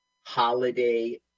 Holiday